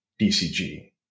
DCG